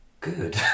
good